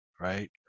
right